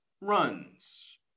runs